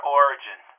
origin